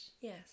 Yes